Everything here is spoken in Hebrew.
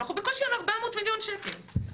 אנחנו בקושי על 400 מיליון שקל.